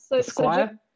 Squire